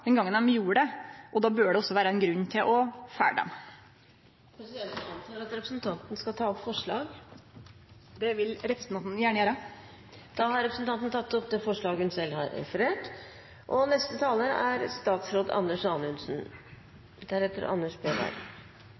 den gongen dei gjorde det, og då bør det også vere ein grunn til å følgje dei. Presidenten antar at representanten skal ta opp forslag. Det vil representanten gjerne gjere. Representanten Jenny Klinge har tatt opp det forslaget hun refererte til. Det sies at politikk er det muliges kunst, og jeg mener at nærpolitireformen er